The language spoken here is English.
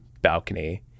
balcony